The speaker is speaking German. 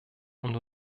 und